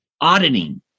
auditing